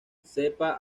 cepa